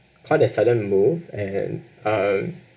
quite a sudden move and um